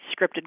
scripted